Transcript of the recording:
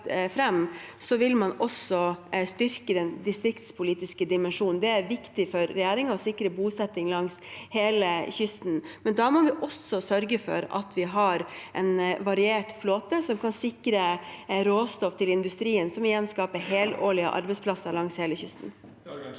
fram, vil man også styrke den distriktspolitiske dimensjonen. Det er viktig for regjeringen å sikre bosetting langs hele kysten, men da må vi sørge for at vi har en variert flåte som kan sikre råstoff til industrien, som igjen skaper helårige arbeidsplasser langs hele kysten.